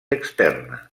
externa